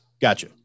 Gotcha